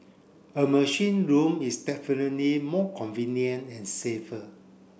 a machine room is definitely more convenient and safer